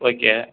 okay